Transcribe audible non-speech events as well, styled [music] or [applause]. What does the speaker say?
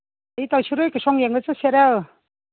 [unintelligible] ꯌꯦꯡꯕ ꯆꯠꯁꯤꯔꯣ